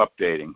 updating